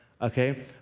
okay